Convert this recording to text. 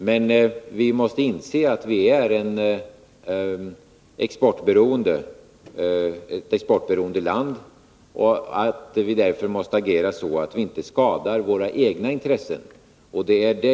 Men vi måste inse att Sverige är ett exportberoende land och att vi därför måste agera så att vi inte skadar våra egna intressen.